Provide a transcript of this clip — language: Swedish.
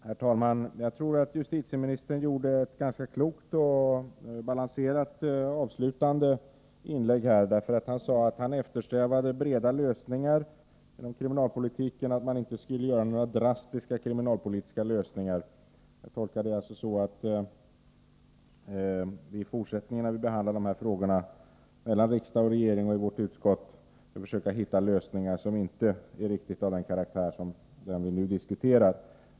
Herr talman! Jag anser att justitieministern gjorde ett ganska klokt och balanserat avslutande inlägg, för han sade att han eftersträvar breda lösningar inom kriminalpolitiken och att man där inte skall försöka åstadkomma några drastiska lösningar. Jag tolkar det så att vi i fortsättningen, när vi behandlar de här frågorna — mellan riksdag och regering och i justitieutskottet — skall försöka hitta lösningar som inte har riktigt samma karaktär som den vi nu diskuterar.